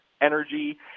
energy